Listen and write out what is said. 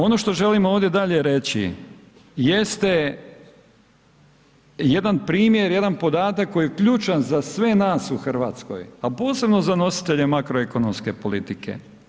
Ono što želimo ovdje dalje reći jeste jedan primjer, jedan podatak koji je ključan za sve nas u Hrvatskoj, a posebno za nositelje makroekonomske politike.